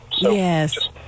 Yes